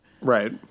Right